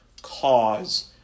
cause